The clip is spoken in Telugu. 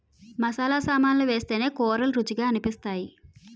మసాలా సామాన్లు వేస్తేనే కూరలు రుచిగా అనిపిస్తాయి